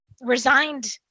resigned